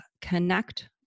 connect